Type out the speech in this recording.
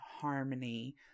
harmony